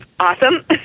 Awesome